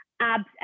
abs